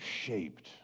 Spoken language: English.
shaped